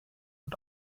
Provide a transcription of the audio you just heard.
und